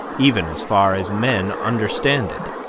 even as far as men understand it.